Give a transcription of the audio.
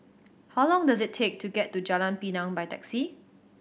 how long does it take to get to Jalan Pinang by taxi